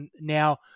now